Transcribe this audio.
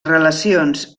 relacions